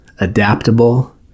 adaptable